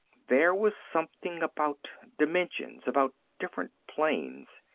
there was something about dimensions, about different planes,